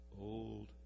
old